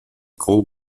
cold